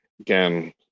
again